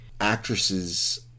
actresses